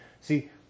See